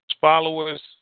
followers